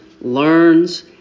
learns